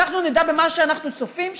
שאנחנו נדע שמה שאנחנו צופים בו,